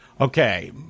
Okay